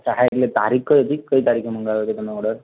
હા હા એટલે તારીખ કઈ હતી કઈ તારીખે મંગાવ્યો હતો તમે ઓર્ડર